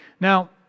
Now